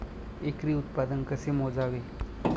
एकरी उत्पादन कसे मोजावे?